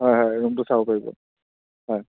হয় হয় ৰুমটো চাব পাৰিব হয়